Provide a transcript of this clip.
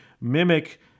mimic